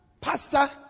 pastor